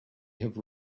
have